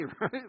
right